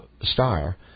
star